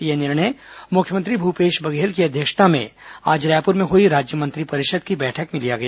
यह निर्णय मुख्यमंत्री भूपेश बघेल की अध्यक्षता में आज रायपुर में हुई राज्य मंत्रिपरिषद की बैठक में लिया गया